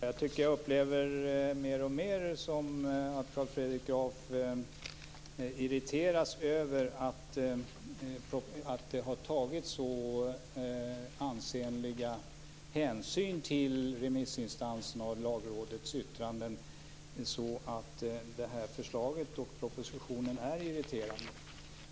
Fru talman! Jag upplever det mer och mer så att Carl Fredrik Graf irriteras över att det har tagits så ansenlig hänsyn till remissinstansernas och Lagrådets yttranden, så att det här förslaget och den här propositionen är irriterande.